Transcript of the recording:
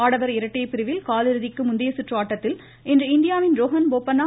ஆடவர் இரட்டையர் பிரிவில் காலிறுதிக்கு முந்தைய சுற்று ஆட்டத்தில் இன்று இந்தியாவின் ரோஹன் போபண்ணா